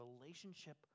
relationship